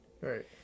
Right